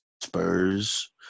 Spurs